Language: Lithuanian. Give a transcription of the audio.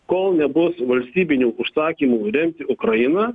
kol nebus valstybinių užsakymų remti ukrainą